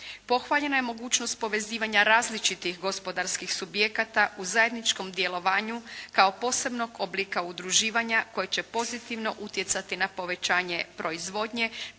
Pohvaljena je mogućnost povezivanja različitih gospodarskih subjekata u zajedničkom djelovanju kao posebnog oblika udruživanja koje će pozitivno utjecati na povećanje proizvodnje